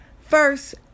First